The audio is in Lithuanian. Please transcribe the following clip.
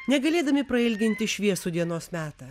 negalėdami prailginti šviesų dienos metą